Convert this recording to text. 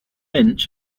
inch